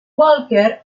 walker